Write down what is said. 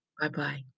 Bye-bye